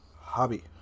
Hobby